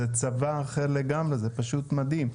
זה צבא אחר לגמרי, זה פשוט מדהים.